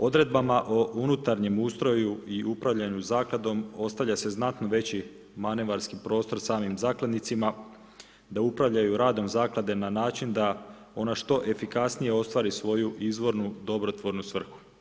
Odredbama o unutarnjem ustroju i upravljanju zakladom, ostavljaju se znatno veći manevarski prostor samim zakladnicima, da upravljaju radom zaklade na način, da ona što efikasnije ostvari svoju izravnu dobrotvornu svrhu.